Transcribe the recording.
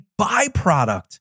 byproduct